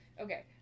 Okay